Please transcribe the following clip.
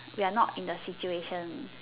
we are not in the situation